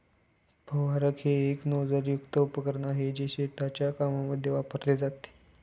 फवारक हे एक नोझल युक्त उपकरण आहे, जे शेतीच्या कामांमध्ये वापरले जाते